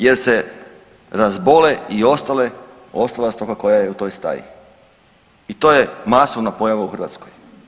Jer se razbole i ostale, ostala stoka koja je u toj staji i to je masovna pojava u Hrvatskoj.